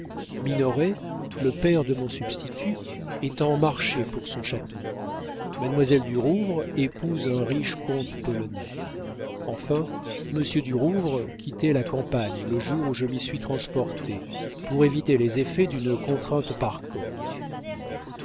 minoret le père de mon substitut est en marché pour son château mademoiselle du rouvre épouse un riche comte polonais enfin monsieur du rouvre quittait la campagne le jour où je m'y suis transporté pour éviter les effets d'une contrainte par corps